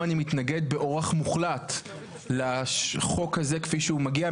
אני מתנגד באורח מוחלט לחוק הזה כפי שהוא מגיע,